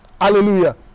Hallelujah